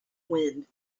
wind